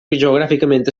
geogràficament